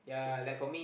so like that